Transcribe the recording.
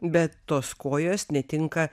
bet tos kojos netinka